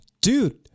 Dude